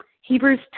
Hebrews